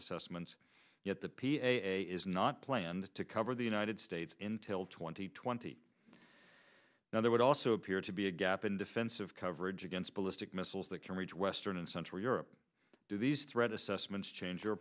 assessments yet the p a is not planned to cover the united states in till twenty twenty now there would also appear to be a gap in defensive coverage against ballistic missiles that can reach western and central europe do these threat assessments change your